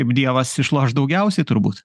kaip dievas išloš daugiausiai turbūt